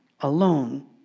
alone